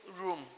room